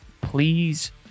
Please